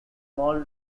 mall